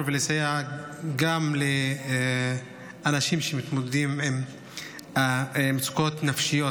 ולסייע גם לאנשים שמתמודדים עם מצוקות נפשיות.